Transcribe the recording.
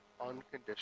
unconditional